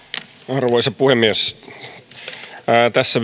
arvoisa puhemies tässä